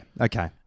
Okay